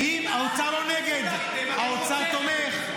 האוצר לא נגד, האוצר תומך.